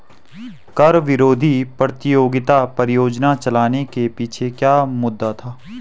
कर विरोधी प्रतियोगिता परियोजना चलाने के पीछे क्या मुद्दा था?